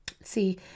See